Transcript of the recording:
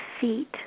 feet